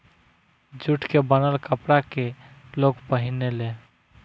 jute के बनल कपड़ा के लोग पहिने ले